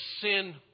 sin